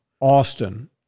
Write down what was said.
Austin